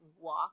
walk